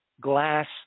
glass